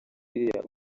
iriya